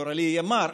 גורלי יהיה מר,